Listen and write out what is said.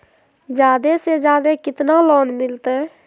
जादे से जादे कितना लोन मिलते?